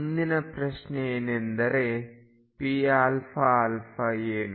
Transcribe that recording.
ಮುಂದಿನ ಪ್ರಶ್ನೆ ಏನೆಂದರೆpαα ಏನು